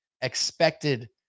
expected